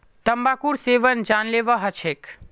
तंबाकूर सेवन जानलेवा ह छेक